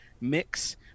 mix